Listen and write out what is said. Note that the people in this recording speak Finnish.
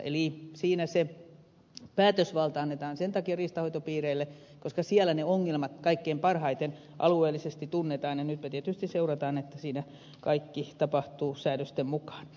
eli siinä se päätösvalta annetaan riistanhoitopiireille koska siellä ne ongelmat kaikkein parhaiten alueellisesti tunnetaan ja nyt me tietysti seuraamme että siinä kaikki tapahtuu säädösten mukaan